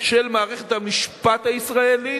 של מערכת המשפט הישראלית,